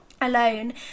alone